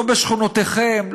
לא בשכונותיכם,